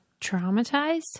traumatized